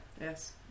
yes